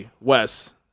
Wes